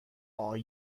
are